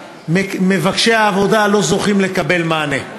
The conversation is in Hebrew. ומבקשי העבודה לא זוכים לקבל מענה.